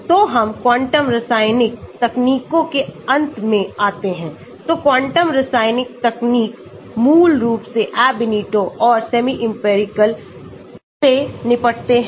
तो हम क्वांटम रासायनिक तकनीकों के अंत में आते हैं तो क्वांटम रासायनिक तकनीक मूल रूप से Ab initio और सेमी इंपिरिकल से निपटते हैं